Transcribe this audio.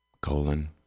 colon